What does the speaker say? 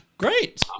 Great